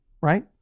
right